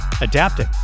adapting